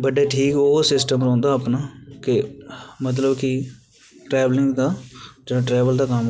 बड्डे ठीक ऐ उयै सिस्टम रौंह्दा अपना के मतलब कि ट्रैबलिंग दा जेह्ड़ा ट्रैबल दा